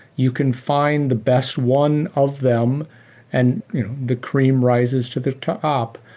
you can find the best one of them and the cream rises to the top.